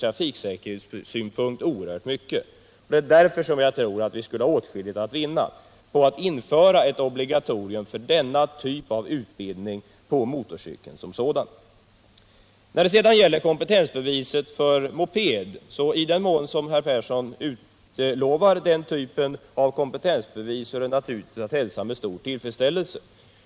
torcykeln med 50 96. Detta betyder oerhört mycket från trafiksäkerhetssynpunkt. Det är därför jag tror att vi skulle ha åtskilligt att vinna på att införa ett obligatorium för denna typ av utbildning på motorcykel. Om Arne Persson nu kan utlova ett kompetensbevis för mopedförare, så är naturligtvis det att hälsa med tillfredsställelse.